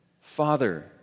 Father